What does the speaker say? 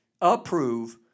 approve